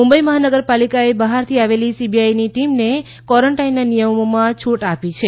મુંબઈ મહાનગરપાલીકાએ બહારથી આવેલી સીબીઆઈ ટીમને કોરેન્ટાઈનનાં નિયમમાં છૂટ આપી છે